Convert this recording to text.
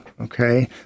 Okay